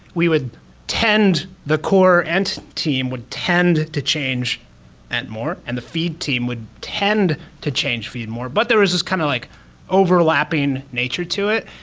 we would tend the core and team would tend to change that more, and the feed team would tend to change feed more, but there is this kind of like overlapping nature to it.